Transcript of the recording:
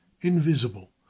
invisible